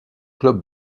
club